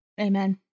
Amen